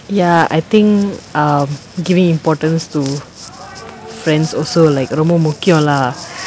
ya I think um giving importance to friends also like ரொம்ப முக்கியோ:romba mukkiyo lah